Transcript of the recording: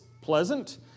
pleasant